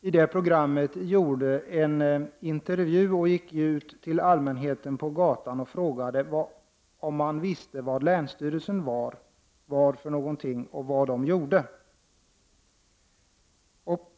I programmet gjorde man en intervju och frågade folk ute på gatan om de visste vad länsstyrelserna var och vad de gjorde.